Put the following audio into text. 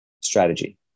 strategy